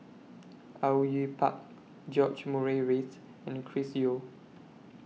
Au Yue Pak George Murray Reith and Chris Yeo